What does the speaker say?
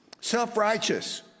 self-righteous